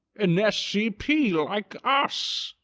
an scp, like us!